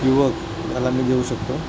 युवक याला मी देऊ शकतो